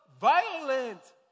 violent